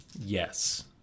Yes